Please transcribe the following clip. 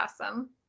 awesome